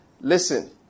Listen